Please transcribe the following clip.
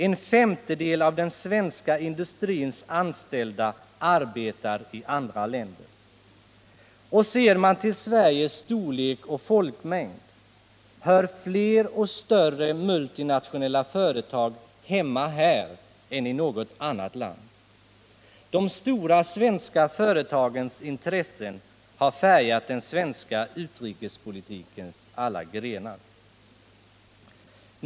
En femtedel av den svenska industrins anställda arbetar i andra länder. Ser man till Sveriges storlek och folkmängd, finner man att fler och större multinationella företag hör hemma här än i något annat land. De stora svenska företagens intressen har färgat den svenska utrikespolitikens alla grenar.